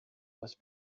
was